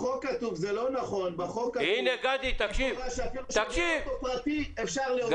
בחוק הקודם היה כתוב שאפשר להוביל.